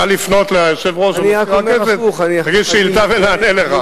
נא לפנות ליושב-ראש, ותגיש שאילתא ונענה לך.